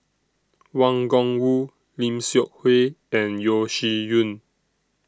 Wang Gungwu Lim Seok Hui and Yeo Shih Yun